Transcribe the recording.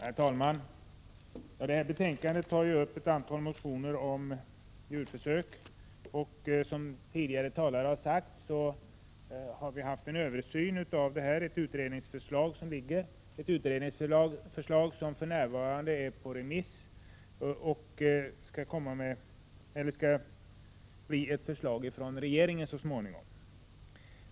Herr talman! Betänkandet tar upp ett antal motioner om djurförsök. Som tidigare talare här sagt har det gjorts en översyn. Det föreligger nu ett utredningsförslag, som för närvarande är ute på remiss. Det skall även komma ett förslag från regeringen så småningom.